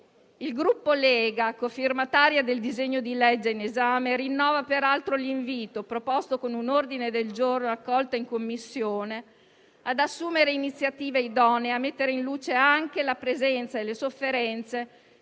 Il Gruppo Lega, cofirmatario del disegno di legge in esame, rinnova peraltro l'invito, proposto con un ordine del giorno accolto in Commissione, ad assumere iniziative idonee a mettere in luce anche la presenza e le sofferenze